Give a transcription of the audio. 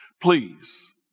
please